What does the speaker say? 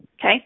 Okay